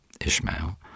Ishmael